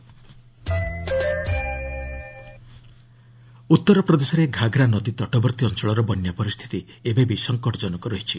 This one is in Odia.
ୟୁପି ଫ୍ଲଡ୍ ଉତ୍ତର ପ୍ରଦେଶରେ ଘାଘରା ନଦୀ ତଟବର୍ତ୍ତୀ ଅଞ୍ଚଳର ବନ୍ୟା ପରିସ୍ଥିତି ଏବେ ବି ସଙ୍କଟଜନକ ରହିଛି